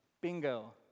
bingo